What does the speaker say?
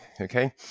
okay